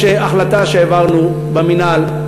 יש החלטה שהעברנו במינהל,